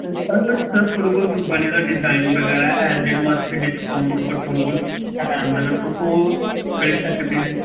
sir थोआड़े कोल कोई बने दा डिजाइन बगैरा ऐ जेह्ड़ा मतलब कि डिस्काउंट उप्पर थुआढ़े कोल हैन ते तुस ओह् करी सकदे